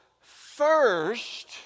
first